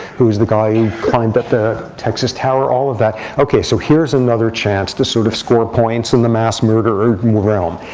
who was the guy who climbed up the texas tower, all of that. ok, so here's another chance to sort of score points in the mass murderer realm.